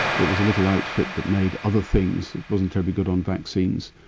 it was a little outfit that made other things, it wasn't terribly good on vaccines,